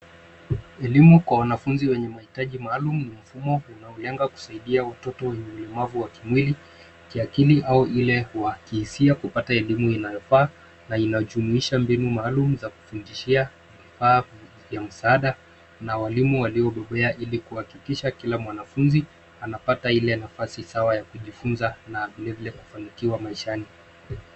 Elimu kwa wanafunzi wenye mahitaji maalum ni mfumo unaolenga kusaidia watoto wenye ulemavu wa kimwili, kiakili au ile wa kihisia, kupata elimu inayofaa na inayojumuisha mbinu maalum za kufundishia, vifaa vya msaada na walimu waliobobea ili kuhakikisha kila mwanafunzi anapata ile nafasi sawa ya kujifunza na vilevile kufanikiwa maishani.